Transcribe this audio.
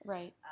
Right